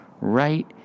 right